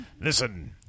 Listen